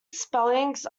spellings